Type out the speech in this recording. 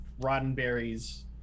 Roddenberry's